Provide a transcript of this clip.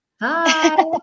Hi